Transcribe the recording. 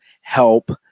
help